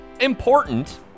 important